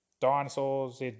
dinosaurs